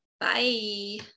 Bye